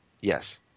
Yes